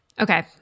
Okay